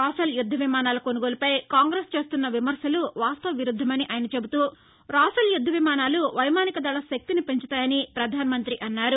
Rafale యుద్ద విమానాల కొనుగోలుపై కాంగ్రెస్ చేస్తున్న విమర్శలు వాస్తవ విరుద్దమని ఆయన చెబుతూరాఫెల్ యుద్ద విమానాలు వైమానిక దళ శక్తిని పెంచుతాయని ప్రధానమంత్రి అన్నారు